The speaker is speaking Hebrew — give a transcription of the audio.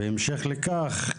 בהמשך לכך,